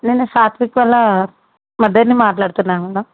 నేను సాత్విక్ వాళ్ళ మదర్ని మాట్లాడుతున్నాను మ్యాడమ్